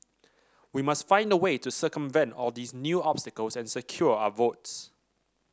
we must find a way to circumvent all these new obstacles and secure our votes